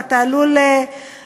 ואתה עלול להישלח,